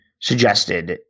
suggested